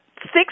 six